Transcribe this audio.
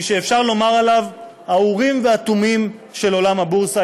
מי שאפשר לומר עליו: האורים והתומים של עולם הבורסה,